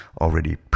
already